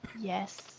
Yes